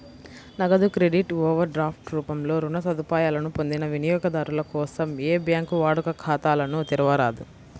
నగదు credit, overdraft రూపంలో రుణ సదుపాయాలను పొందిన వినియోగదారుల కోసం ఏ బ్యాంకూ వాడుక ఖాతాలను తెరవరాదు